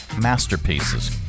masterpieces